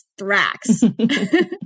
Thrax